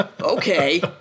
Okay